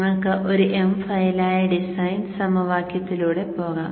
നിങ്ങൾക്ക് ഒരു m ഫയലായ ഡിസൈൻ സമവാക്യത്തിലൂടെ പോകാം